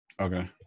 okay